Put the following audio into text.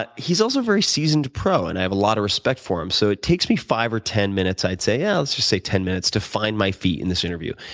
but he's also a very seasoned pro, and i have a lot of respect for him. so it takes me five or ten minutes i'd say yeah, let's just say ten minutes to find my feet in this interview.